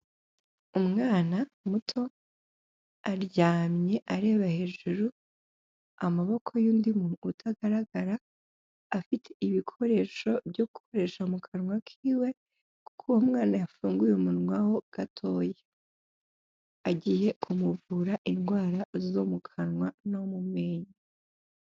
Umwana muto aryamye areba hejuru, amaboko y'undi muntu utagaragara, afite ibikoresho byo gukoresha mu kanwa kiwe kuko uwo mwana yafunguye umunwa ho gatoya agiye kumuvura indwara zo mu kanwa no mu menyo.